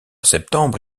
septembre